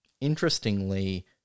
interestingly